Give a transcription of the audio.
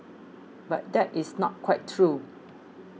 but that is not quite true